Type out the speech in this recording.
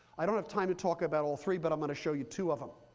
i don't have time to talk about all three, but i'm going to show you two of them.